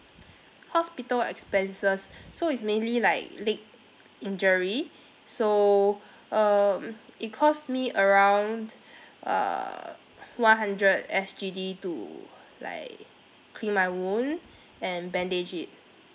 hospital expenses so it's mainly like leg injury so um it cost me around uh one hundred S_G_D to like clean my wound and bandage it